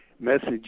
Message